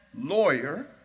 lawyer